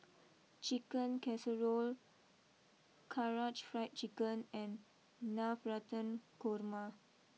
Chicken Casserole Karaage Fried Chicken and Navratan Korma